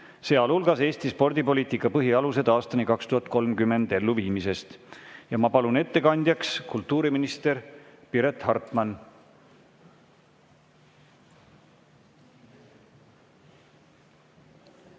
(sealhulgas "Eesti spordipoliitika põhialused aastani 2030" elluviimisest). Ma palun ettekandjaks kultuuriminister Piret Hartmani.